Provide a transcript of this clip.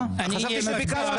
על שינוי משטר,